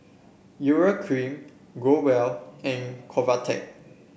Urea Cream Growell and Convatec